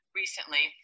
recently